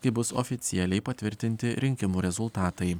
kai bus oficialiai patvirtinti rinkimų rezultatai